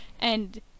and-